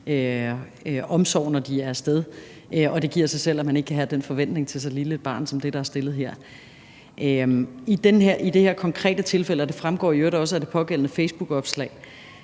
omsorg, når de er af sted, og det giver sig selv, at man ikke kan have den forventning til så lille et barn som det, der er stillet her. I det her konkrete tilfælde – og det fremgår jo i øvrigt også af det pågældende facebookopslag